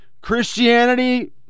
Christianity